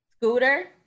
scooter